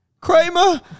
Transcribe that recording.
Kramer